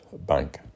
Bank